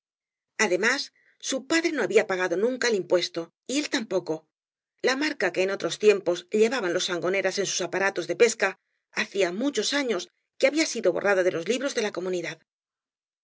además su padre no había pagado nunca el impuesto y él tampoco la marca que en otros tiempos llevaban los sangoneras en sus aparatos de pesca hacía muchos años que había sido borrada de los libros de la comunidad